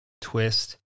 twist